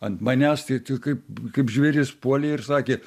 ant manęs tai ti kaip kaip žvėris puolė ir sakė